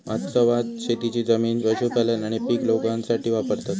वास्तवात शेतीची जमीन पशुपालन आणि पीक दोघांसाठी वापरतत